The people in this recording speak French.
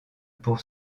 pour